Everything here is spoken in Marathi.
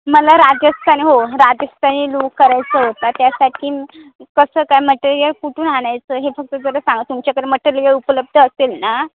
मला राजस्थानी हो राजस्थानी लोक करायचं होता त्यासाठी कसं काय मटेरियल कुठून आणायचं हे फक्त जरा सांगा तुमच्याकडे मटेरियल उपलब्ध असेल ना